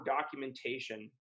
documentation